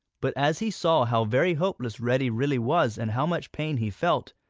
but as he saw how very helpless reddy really was and how much pain he felt,